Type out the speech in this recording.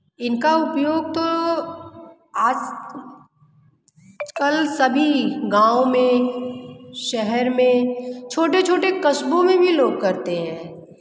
इनका उपयोग तो आज कल सभी गाँवो में शहर में छोटे छोटे कस्बों में भी लोग करते हैं